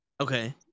Okay